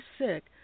sick